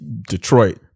Detroit